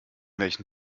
welchen